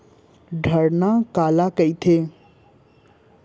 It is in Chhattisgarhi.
धरण काला कहिथे?